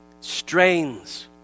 strains